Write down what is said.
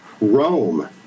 Rome